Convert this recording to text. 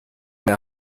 mehr